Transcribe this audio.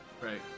Right